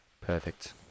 perfect